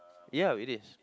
ya it is